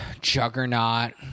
juggernaut